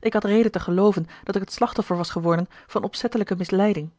ik had reden te gelooven dat ik het slachtoffer was geworden van opzettelijke misleiding